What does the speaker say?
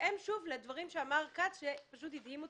בהתאם לדברים שאמר עורך דין כץ.